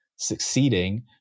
Succeeding